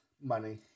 money